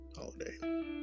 holiday